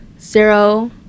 zero